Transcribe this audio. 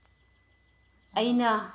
ꯑꯩꯅ